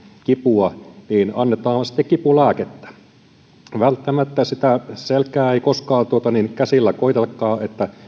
kipua niin annetaan sitten kipulääkettä ja välttämättä sitä selkää ei koskaan käsillä koetellakaan